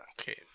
Okay